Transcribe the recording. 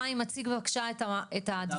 חיים מציג בבקשה את הדברים,